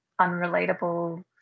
unrelatable